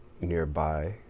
nearby